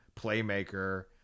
playmaker